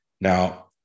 Now